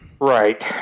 Right